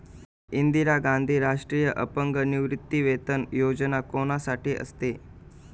इंदिरा गांधी राष्ट्रीय अपंग निवृत्तीवेतन योजना कोणासाठी असते?